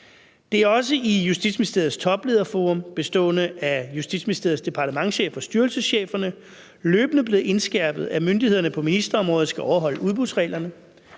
Det er også i Justitsministeriets toplederforum bestående af Justitsministeriets departementschef og styrelsescheferne løbende blevet indskærpet, at myndighederne på ministerområdet skal overholde udbudsreglerne.